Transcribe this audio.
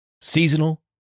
seasonal